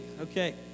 Okay